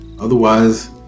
Otherwise